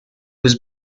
was